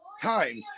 time